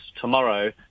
tomorrow